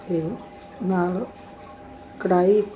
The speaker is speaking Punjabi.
ਅਤੇ ਨਾਲ ਕੜਾਹੀ